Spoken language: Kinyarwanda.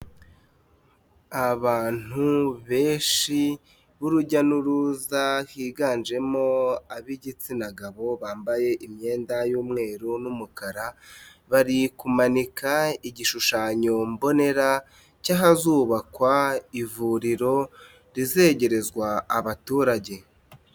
Abantu benshi b'urujya n'uruza higanjemo ab'igitsina gabo bambaye imyenda y'umweru n'umukara, bari kumanika igishushanyo mbonera cy'ahazubakwa ivuriro rizegerezwa abaturage.